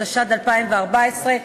התשע"ה 2014,